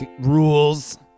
rules